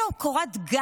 אני לא יודעת למה.